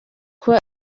kuba